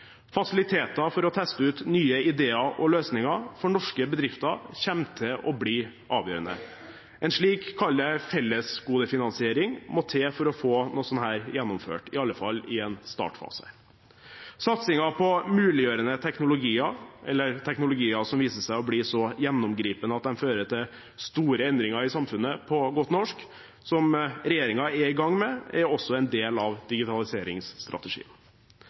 Fasiliteter for å teste ut nye ideer og løsninger for norske bedrifter kommer til å bli avgjørende. En slik «fellesgodefinansiering» må til for å få noe slikt gjennomført, i alle fall i en startfase. Satsingen på muliggjørende teknologier – eller teknologier som viser seg å bli så gjennomgripende at de fører til store endringer i samfunnet, på godt norsk – som regjeringen er i gang med, er også en del av digitaliseringsstrategien.